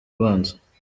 ubanza